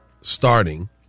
starting